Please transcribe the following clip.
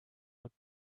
look